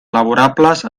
laborables